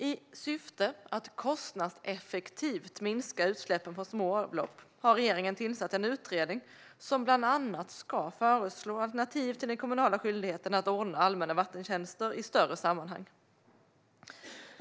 I syfte att kostnadseffektivt minska utsläppen från små avlopp har regeringen tillsatt en utredning som bland annat ska föreslå alternativ till den kommunala skyldigheten att ordna allmänna vattentjänster i större sammanhang.